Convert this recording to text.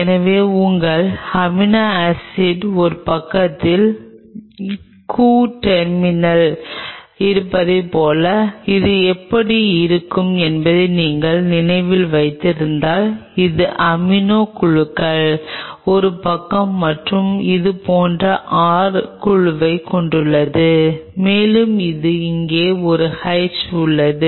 எனவே உங்கள் amino acid ஒரு பக்கத்தில் கூ டெர்மினல் இருப்பதைப் போல இது எப்படி இருக்கும் என்பதை நீங்கள் நினைவில் வைத்திருந்தால் அது அமினோ குழுக்கள் ஒருபக்கம் மற்றும் அது இங்கே ஒரு R குழுவைக் கொண்டுள்ளது மேலும் இது இங்கே ஒரு H உள்ளது